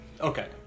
okay